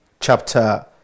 chapter